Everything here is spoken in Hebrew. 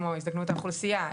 כמו הזדקנות האוכלוסייה,